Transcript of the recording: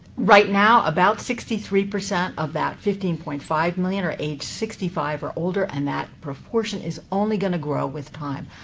right now, about sixty three percent of that fifteen point five million are aged sixty five or older, and that proportion is only going to grow with time.